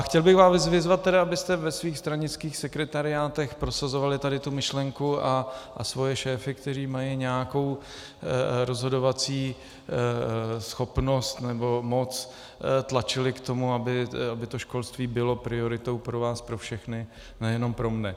Chtěl bych vás vyzvat, abyste ve svých stranických sekretariátech prosazovali myšlenku a svoje šéfy, kteří mají nějakou rozhodovací schopnost nebo moc, tlačili k tomu, aby školství bylo prioritou pro nás pro všechny, nejenom pro mne.